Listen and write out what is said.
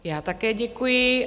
Já také děkuji.